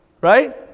right